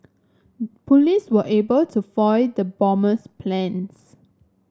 police were able to foil the bomber's plans